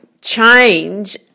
change